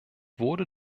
wurde